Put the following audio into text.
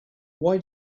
why